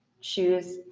choose